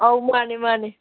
ꯑꯧ ꯃꯥꯅꯦ ꯃꯥꯅꯦ